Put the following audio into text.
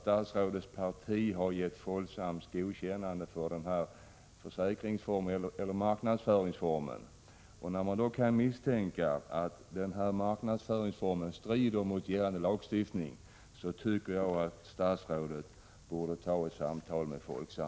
Statsrådets parti har dock gett Folksam godkännande för den här marknadsföringsformen, och när man då kan misstänka att marknadsföringsformen strider mot gällande lagstiftning, så tycker jag att statsrådet borde ta ett samtal med Folksam.